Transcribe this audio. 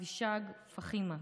אבישג פחימה,